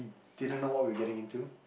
didn't know what we were getting into